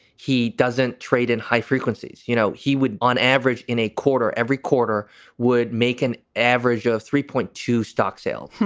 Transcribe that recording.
he doesn't trade in high frequencies. you know, he would on average in a quarter every quarter would make an average of three point two stock sales.